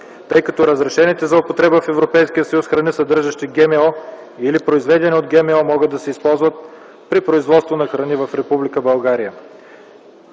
тъй като разрешените за употреба в Европейския съюз храни, съдържащи ГМО или произведени от ГМО могат да се използват при производство на храни в Република България.